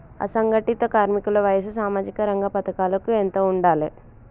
అసంఘటిత కార్మికుల వయసు సామాజిక రంగ పథకాలకు ఎంత ఉండాలే?